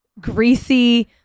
greasy